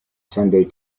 sunday